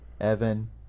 Evan